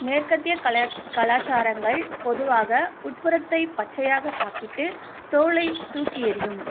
மேற்கத்திய கலா கலாச்சாரங்கள் பொதுவாக உட்புறத்தை பச்சையாக சாப்பிட்டு தோலை தூக்கி எறியும்